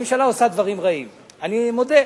הממשלה עושה דברים רעים, אני מודה.